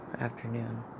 afternoon